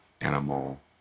animal